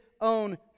own